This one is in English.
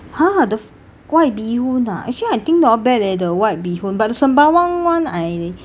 !huh! the white bee hoon ah actually I think not bad leh the white bee hoon but the sembawang [one] I